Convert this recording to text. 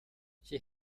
she